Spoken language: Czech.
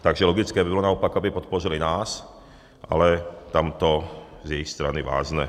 Takže logické by bylo naopak, aby podpořily nás, ale tam to z jejich strany vázne.